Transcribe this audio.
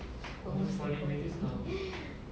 almost forty minutes